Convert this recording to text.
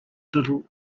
little